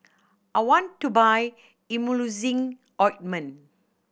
I want to buy Emulsying Ointment